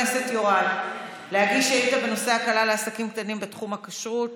בנושא הקלה לעסקים קטנים בתחום הכשרות.